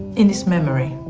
in this memory,